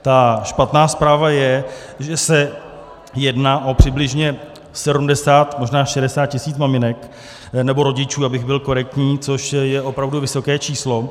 Ta špatná zpráva je, že se jedná o přibližně 70, možná 60 tisíc maminek nebo rodičů, abych byl korektní, což je opravdu vysoké číslo.